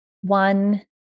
one